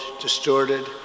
distorted